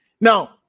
Now